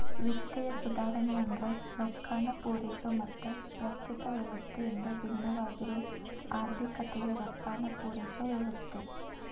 ವಿತ್ತೇಯ ಸುಧಾರಣೆ ಅಂದ್ರ ರೊಕ್ಕಾನ ಪೂರೈಸೊ ಮತ್ತ ಪ್ರಸ್ತುತ ವ್ಯವಸ್ಥೆಯಿಂದ ಭಿನ್ನವಾಗಿರೊ ಆರ್ಥಿಕತೆಗೆ ರೊಕ್ಕಾನ ಪೂರೈಸೊ ವ್ಯವಸ್ಥೆ